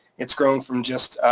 it's grown from just,